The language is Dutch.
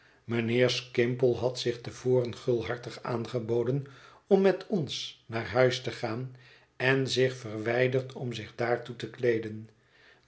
mijnheer skimpole had zich te voren gulhartig aangeboden om mot ons naar huis te gaan en zich verwijderd om zich daartoe te kleeden